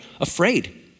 afraid